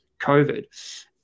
COVID